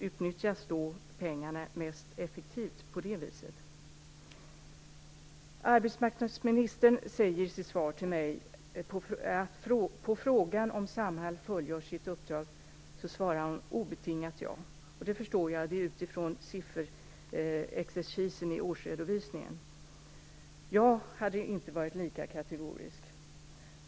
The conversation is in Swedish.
Utnyttjas pengarna mest effektivt på det viset? Arbetsmarknadsministern svarar mig på frågan om Samhall fullgör sitt uppdrag obetingat ja. Det försår jag. Det gör hon utifrån sifferexercisen i årsredovisningen. Jag hade inte varit lika kategorisk.